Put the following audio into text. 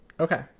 Okay